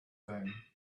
thing